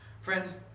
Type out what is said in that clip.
Friends